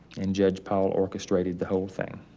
and judge paul orchestrated the whole thing.